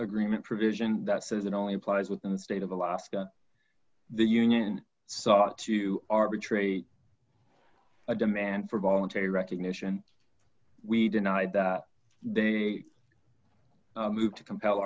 agreement provision that says that only applies within the state of alaska the union sought to arbitrate a demand for voluntary recognition we denied that they moved to compel